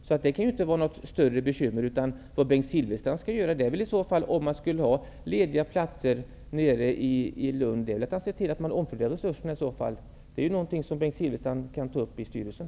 Om man har lediga platser i Lund, så får väl Bengt Silfverstrand se till att man omfördelar resurserna. Det är en fråga som Bengt Silfverstrand kan ta upp i styrelsen.